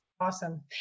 Awesome